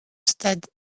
stade